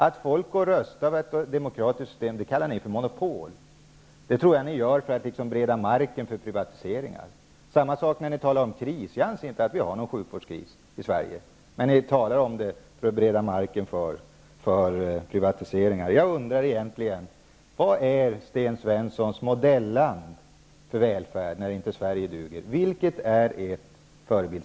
Att folk går och röstar i ett demokratiskt system kallar ni för monopol! Det tror jag att ni gör för att bereda marken för privatiseringar. Samma sak är det när ni talar om kris. Jag anser inte att vi har någon sjukvårdskris i Sverige. Ni talar om det för att bereda marken för privatiseringar. Jag undrar vilket som egentligen är Sten Svenssons modelland för välfärd, eftersom Sverige inte duger. Vilket land är er förebild?